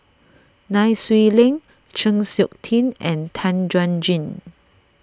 Nai Swee Leng Chng Seok Tin and Tan Chuan Jin